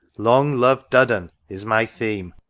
long lov'd duddon, is my theme!